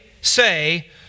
say